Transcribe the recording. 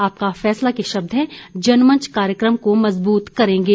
आपका फैसला के शब्द हैं जनमंच कार्यक्रम को मज़बूत करेंगे